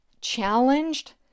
challenged